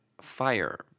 fire